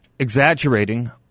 exaggerating